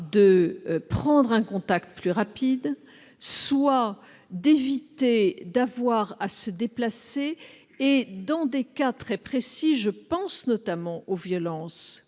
rapidement un contact, soit d'éviter d'avoir à se déplacer et, dans des cas très précis- je pense notamment aux violences